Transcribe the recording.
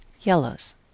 Yellows